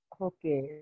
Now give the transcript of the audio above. Okay